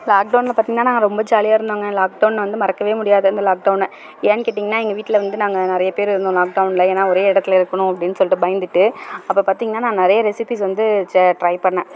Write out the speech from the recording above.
லாக்டவுனில் பார்த்திங்கனா நாங்கள் ரொம்ப ஜாலியாக இருந்தோங்க லாக்டவுன் வந்து மறக்கவே முடியாது அந்த லாக்டவுன்னு ஏன்னு கேட்டிங்கன்னா எங்கள் வீட்டில் வந்து நாங்கள் நிறைய பேர் இருந்தோம் லாக் டவுனில் எனா ஒரே இடத்துல இருக்கணும் அப்படினு சொல்லிட்டு பயந்துகிட்டு அப்போ பார்த்திங்கனா நிறைய ரெசிப்பீஸ் வந்து ட்ரை பண்ணேன்